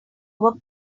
over